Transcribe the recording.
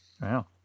Wow